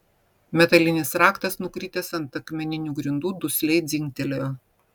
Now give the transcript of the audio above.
metalinis raktas nukritęs ant akmeninių grindų dusliai dzingtelėjo